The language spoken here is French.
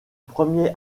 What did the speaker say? premier